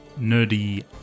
Nerdy